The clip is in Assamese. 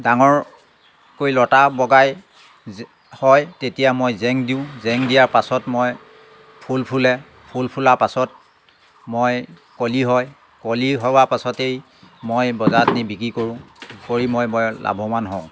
ডাঙৰকৈ লতা বগায় জে হয় তেতিয়া মই জেং দিওঁ জেং দিয়াৰ পাছত মই ফুল ফুলে ফুল ফুলাৰ পাছত মই কলি হয় কলি হোৱা পাছতেই মই বজাৰত নি বিক্ৰী কৰোঁ হৈ মই বৰ লাভৱান হওঁ